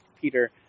Peter